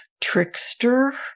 trickster